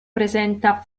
presenta